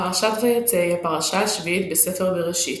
פרשת ויצא היא הפרשה השביעית בספר בראשית.